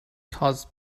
caused